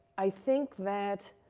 i think that,